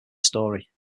story